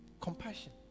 compassion